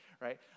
right